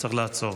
צריך לעצור.